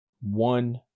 one